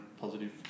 positive